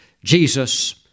Jesus